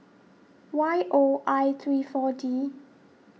Y O I three four D